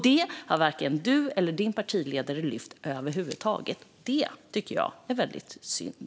Det har varken Andreas Carlson eller hans partiledare lyft över huvud taget, och det tycker jag är väldigt synd.